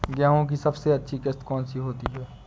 गेहूँ की सबसे अच्छी किश्त कौन सी होती है?